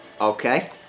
Okay